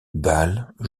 bals